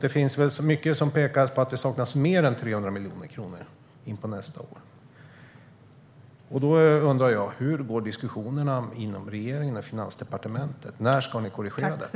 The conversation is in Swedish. Det finns alltså mycket som pekar på att det saknas mer än 300 miljoner kronor in på nästa år. Därför undrar jag: Hur går diskussionerna inom regeringen och Finansdepartementet? Hur ska ni korrigera detta?